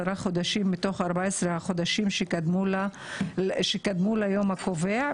חודשים מתוך 14 החודשים שקדמו ליום הקובע,